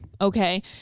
okay